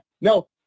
No